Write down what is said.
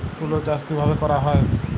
তুলো চাষ কিভাবে করা হয়?